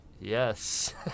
yes